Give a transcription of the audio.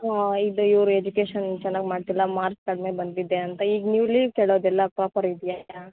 ಹಾಂ ಇದು ಇವರು ಎಜುಕೇಷನ್ ಚೆನ್ನಾಗಿ ಮಾಡ್ತಿಲ್ಲ ಮಾರ್ಕ್ಸ್ ಕಡಿಮೆ ಬಂದಿದೆ ಅಂತ ಈಗ ನೀವು ಲೀವ್ ಕೇಳೋದೆಲ್ಲ ಪ್ರೋಪರ್ ಆಗಿದೆಯಾ